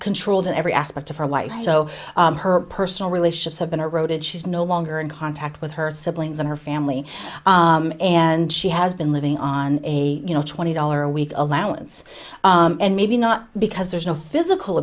controlled every aspect of her life so her personal relationships have been eroded she's no longer in contact with her siblings and her family and she has been living on a you know twenty dollar a week allowance and maybe not because there's no physical